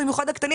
במיוחד הקטנים.